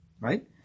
Right